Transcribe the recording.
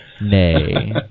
nay